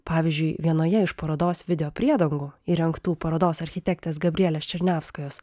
pavyzdžiui vienoje iš parodos videopriedangų įrengtų parodos architektės gabrielės černiavskajos